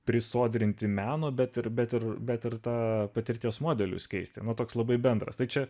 prisodrinti meno bet ir bet ir bet ir tą patirties modelius keisti nuo toks labai bendras tai čia